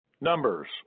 numbers